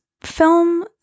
film